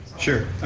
sure,